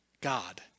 God